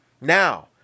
Now